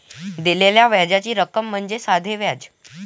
दिलेल्या व्याजाची रक्कम म्हणजे साधे व्याज